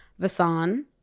Vasan